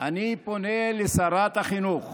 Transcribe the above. אני פונה לשרת החינוך